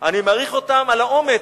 אני מעריך אותם על האומץ,